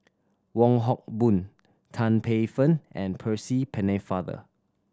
Wong Hock Boon Tan Paey Fern and Percy Pennefather